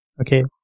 Okay